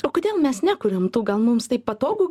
o kodėl mes nekuriam tų gal mums taip patogu